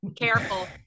careful